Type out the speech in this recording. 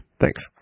Thanks